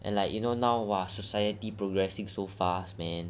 and like you know now !wah! society progressing so fast man and